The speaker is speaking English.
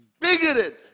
bigoted